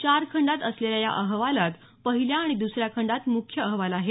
चार खंडात असलेल्या या हा अहवालात पहिल्या आणि द्र्सऱ्या खंडात मुख्य अहवाल आहे